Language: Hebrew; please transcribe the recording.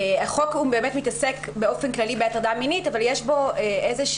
החוק באמת מתעסק באופן כללי בהטרדה מינית אבל יש בו איזו